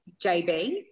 JB